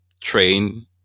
train